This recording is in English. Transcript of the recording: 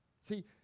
See